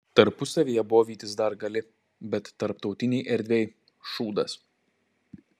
tarpusavyje bovytis dar gali bet tarptautinėj erdvėj šūdas